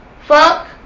Fuck